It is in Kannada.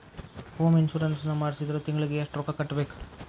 ಹೊಮ್ ಇನ್ಸುರೆನ್ಸ್ ನ ಮಾಡ್ಸಿದ್ರ ತಿಂಗ್ಳಿಗೆ ಎಷ್ಟ್ ರೊಕ್ಕಾ ಕಟ್ಬೇಕ್?